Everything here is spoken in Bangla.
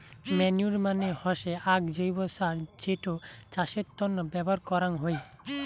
ম্যানইউর মানে হসে আক জৈব্য সার যেটো চাষের তন্ন ব্যবহার করাঙ হই